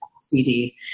CD